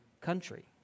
country